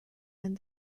and